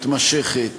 מתמשכת,